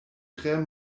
tre